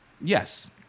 Yes